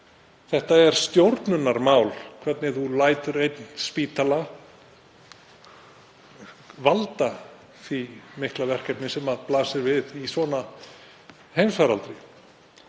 er það stjórnarmál hvernig maður lætur einn spítala valda því mikla verkefni sem blasir við í svona heimsfaraldri.